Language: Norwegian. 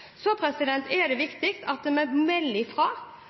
er viktig at vi melder